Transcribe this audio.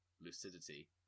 Lucidity